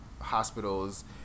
hospitals